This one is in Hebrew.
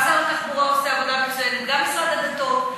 גם שר התחבורה עושה עבודה מצוינת, גם משרד הדתות.